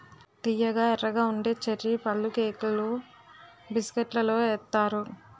తియ్యగా ఎర్రగా ఉండే చర్రీ పళ్ళుకేకులు బిస్కట్లలో ఏత్తారు